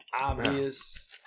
Obvious